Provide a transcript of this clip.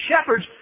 Shepherds